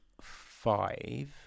five